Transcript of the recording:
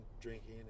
drinking